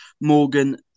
Morgan